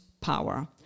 power